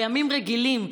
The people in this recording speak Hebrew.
בימים רגילים,